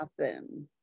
happen